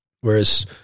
Whereas